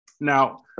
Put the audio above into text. Now